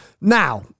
Now